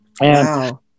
Wow